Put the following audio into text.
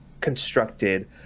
constructed